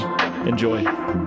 Enjoy